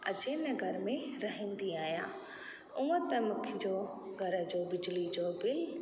अजय नगर में रहंदी आहियां हुंअ त मुंहिंजो घर जो बिजली जो बिल